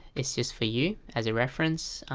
it's just for you as a reference.